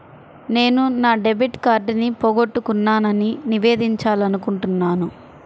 నేను నా డెబిట్ కార్డ్ని పోగొట్టుకున్నాని నివేదించాలనుకుంటున్నాను